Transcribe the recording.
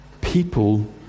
People